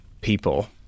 people